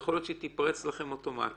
יכול להיות שהיא תיפרץ לכם אוטומטית.